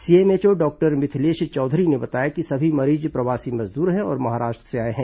CMHO doctor Mithilesh Chaudhary ने बताया कि सभी मरीज प्रवासी मजदूर हैं और महाराष्ट्र से आए हैं